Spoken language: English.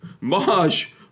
Maj